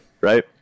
right